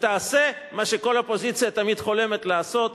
ותעשה מה שכל אופוזיציה תמיד חולמת לעשות,